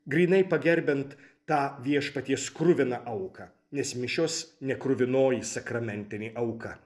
grynai pagerbiant tą viešpaties kruviną auką nes mišios nekruvinoji sakramentinė auka